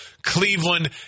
Cleveland